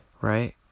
right